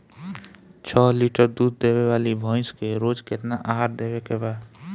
छह लीटर दूध देवे वाली भैंस के रोज केतना आहार देवे के बा?